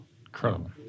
Incredible